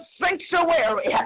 sanctuary